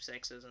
sexism